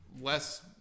less